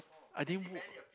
I didn't book